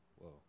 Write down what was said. whoa